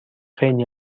خیلی